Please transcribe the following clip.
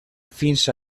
fins